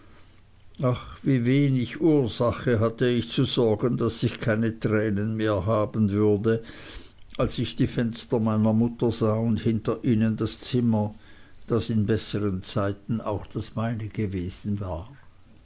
ach wie wenig ursache hatte ich zu sorgen daß ich keine tränen mehr haben würde als ich die fenster meiner mutter sah und hinter ihnen das zimmer das in bessern zeiten auch das meine gewesen war